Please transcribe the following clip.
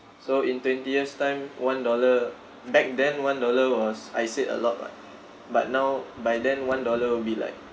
so in twenty years time one dollar back then one dollar was I said a lot [what] but now by then one dollar will be like